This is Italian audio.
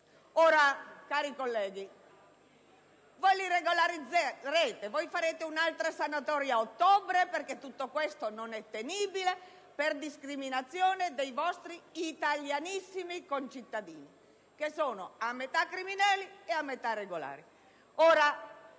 Cari colleghi, voi li regolarizzerete, farete un'altra sanatoria ad ottobre perché tutto questo non è accettabile, per discriminazione dei vostri italianissimi concittadini che sono a metà criminali e a metà regolari.